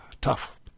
Tough